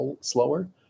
slower